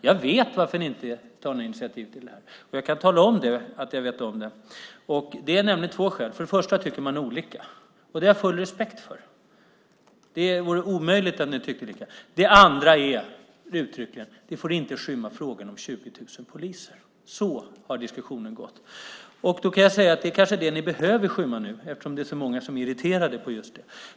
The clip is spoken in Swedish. Jag vet varför ni inte tar några initiativ på området, och jag kan tala om att jag vet varför. Det finns nämligen två skäl. För det första tycker ni olika. Det har jag full respekt för. Det vore en omöjlighet att tycka lika. För det andra får frågan om 20 000 poliser inte skymmas. Det är så diskussionen har gått. Kanske behöver ni nu skymma det eftersom det är så många som är irriterade på just det.